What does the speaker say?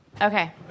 Okay